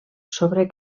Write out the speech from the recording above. sobre